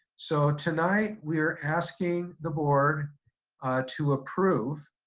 so, tonight, we're asking the board to approve